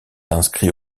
inscrit